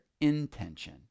intention